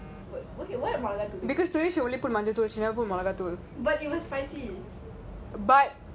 because today she only put மஞ்ச தூள்:manja thool she never put மொளகா தூள்:molaga thool but